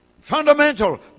Fundamental